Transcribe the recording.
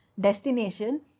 destination